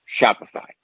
Shopify